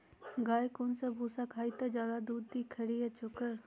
गाय कौन सा भूसा खाई त ज्यादा दूध दी खरी या चोकर?